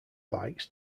bikes